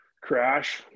crash